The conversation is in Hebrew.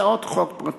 800 הצעות חוק פרטיות.